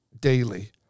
daily